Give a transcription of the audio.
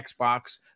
Xbox